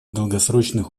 долгосрочных